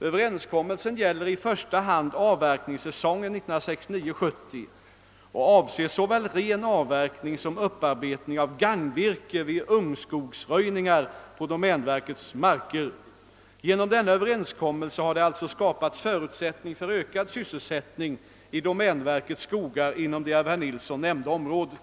Överenskommelsen gäller i första hand avverkningssäsongen 1969/70 och avser såväl ren avverkning som upparbetning av gagnvirke vid ungskogsröjningar på domänverkets marker. Genom denna överenskommelse har det alltså skapats förutsättning för ökad sysselsättning i domänverkets skogar inom det av herr Nilsson nämnda området.